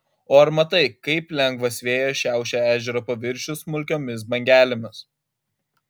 o ar matai kaip lengvas vėjas šiaušia ežero paviršių smulkiomis bangelėmis